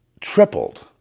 tripled